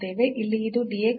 ಇಲ್ಲಿ ಇದು dx over dt